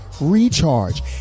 recharge